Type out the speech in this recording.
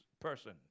person